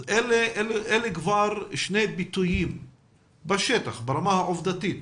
אלה כבר שני ביטויים בשטח ברמה העובדתית.